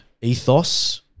ethos